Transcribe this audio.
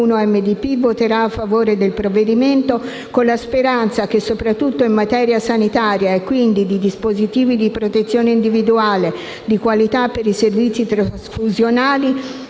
1-MDP voterà a favore del provvedimento con la speranza che, soprattutto in materia sanitaria e, quindi, di dispositivi di protezione individuale, di qualità per i servizi trasfusionali